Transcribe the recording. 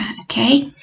Okay